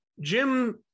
Jim